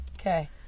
Okay